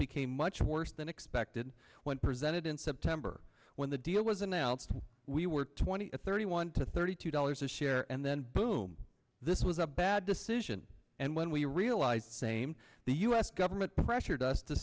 became much worse than expected when presented in september when the deal was announced we were twenty to thirty one to thirty two dollars a share and then boom this was a bad decision and when we realized same the u s government pressured us to